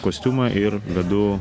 kostiumą ir vedu